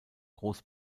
groß